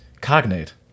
cognate